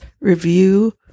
review